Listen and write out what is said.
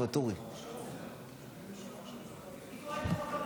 סעיפים 1 5 נתקבלו.